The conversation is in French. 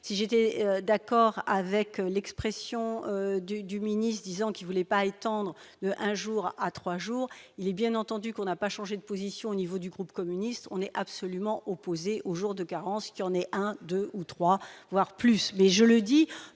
si j'étais d'accord avec l'expression du du ministre disant qu'il voulait pas étendre un jour à 3 jours, il est bien entendu qu'on n'a pas changé de position au niveau du groupe communiste, on est absolument opposé au jour de carence qui en est à un, 2 ou 3, voire plus, mais je le dis